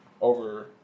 over